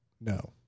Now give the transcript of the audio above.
no